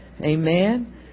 Amen